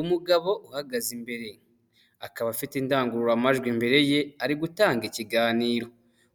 Umugabo uhagaze imbere akaba afite indangururamajwi imbere ye ari gutanga ikiganiro,